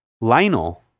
Lionel